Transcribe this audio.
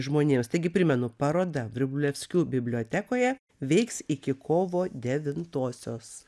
žmonėms taigi primenu paroda vrublevskių bibliotekoje veiks iki kovo devintosios